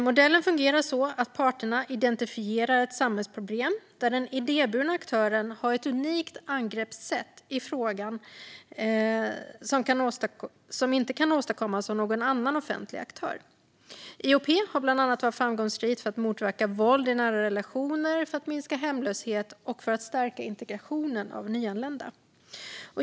Modellen funkar så att parterna identifierar ett samhällsproblem där den idéburna aktören har ett unikt angreppssätt i frågan som inte kan åstadkommas av någon annan, offentlig aktör. IOP har bland annat varit framgångsrikt för att motverka våld i nära relationer, för att minska hemlöshet och för att stärka integrationen av nyanlända.